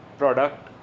product